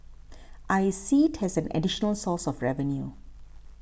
I see it as an additional source of revenue